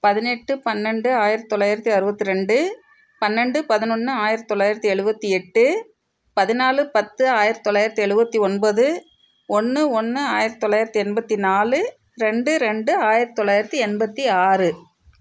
பதினெட்டு பன்னெண்டு ஆயிரத்து தொள்ளாயிரத்தி அறுபத்தி ரெண்டு பன்னெண்டு பதினொன்னு ஆயிரத்து தொள்ளாயிரத்தி எழுபத்தி எட்டு பதினாலு பத்து ஆயிரத்து தொள்ளாயிரத்தி எழுபத்தி ஒன்பது ஒன்று ஒன்று ஆயிரத்து தொள்ளாயிரத்தி எண்பத்தி நாலு ரெண்டு ரெண்டு ஆயிரத்து தொள்ளாயிரத்தி எண்பத்தி ஆறு